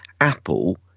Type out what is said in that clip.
Apple